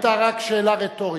השאלה היתה רק שאלה רטורית,